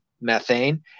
Methane